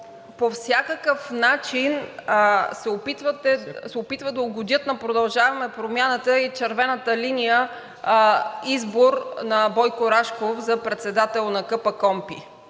По всякакъв начин се опитват да угодят на „Продължаваме Промяната“ и червената линия – избор на Бойко Рашков за председател на КПКОНПИ.